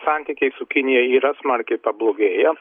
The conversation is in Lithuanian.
santykiai su kinija yra smarkiai pablogėję